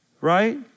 right